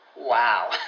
Wow